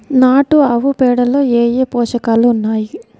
నాటు ఆవుపేడలో ఏ ఏ పోషకాలు ఉన్నాయి?